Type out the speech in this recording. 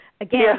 again